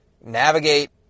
navigate